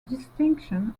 distinction